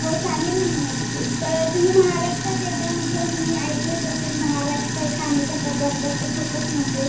हो सांगेन ना मी नक्की तर तुम्ही महाराष्ट्रात येताय म्हटलं तुम्ही ऐकलंच असेल महाराष्ट्र हे खाण्याच्या पदार्थाचं खूपच मोठं आहे